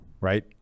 right